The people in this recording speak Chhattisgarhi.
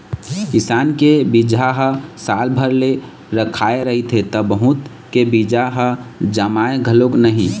किसान के बिजहा ह साल भर ले रखाए रहिथे त बहुत के बीजा ह जामय घलोक नहि